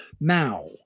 Now